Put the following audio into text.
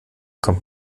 kommt